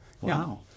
Wow